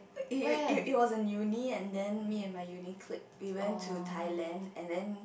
it it was in uni and then me and my uni clique we went to Thailand and then